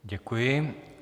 Děkuji.